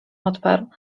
odparł